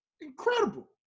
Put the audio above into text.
incredible